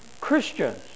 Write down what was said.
Christians